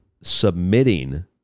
submitting